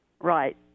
right